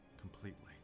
Completely